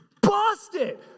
Busted